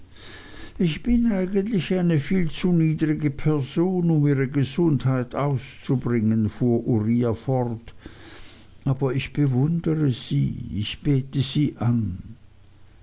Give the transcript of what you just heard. ich bin eigentlich eine viel zu niedrige person um ihre gesundheit auszubringen fuhr uriah fort aber ich bewundere sie ich bete sie an